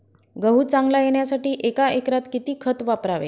गहू चांगला येण्यासाठी एका एकरात किती खत वापरावे?